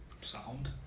Sound